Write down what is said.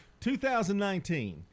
2019